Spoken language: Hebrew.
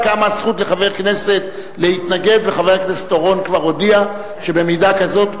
הרווחה והבריאות להכנתה לקריאה ראשונה.